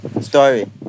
Story